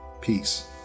Peace